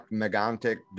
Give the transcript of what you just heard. megantic